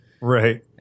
Right